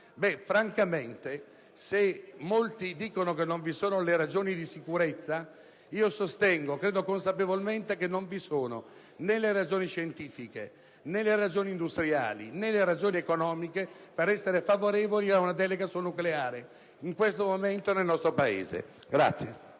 Francamente, se molti dicono che non vi sono le ragioni di sicurezza, io sostengo, credo consapevolmente, che non vi sono né le ragioni scientifiche, né le ragioni industriali, né le ragioni economiche per essere favorevoli a una delega sul nucleare, in questo momento, nel nostro Paese.